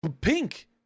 pink